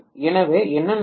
எனவே என்ன நடக்கும்